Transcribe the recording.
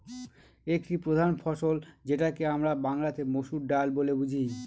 একটি প্রধান ফসল যেটাকে আমরা বাংলাতে মসুর ডাল বলে বুঝি